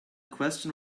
question